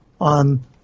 on